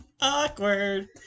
Awkward